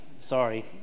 sorry